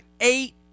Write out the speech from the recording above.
eight